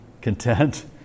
content